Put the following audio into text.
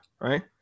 right